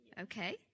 okay